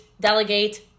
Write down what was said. delegate